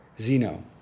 Zeno